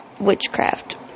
witchcraft